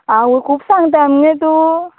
आवय खूब सांगता मगे तूं